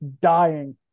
dying